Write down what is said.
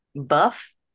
buff